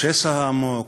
השסע העמוק,